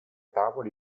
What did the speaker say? tavoli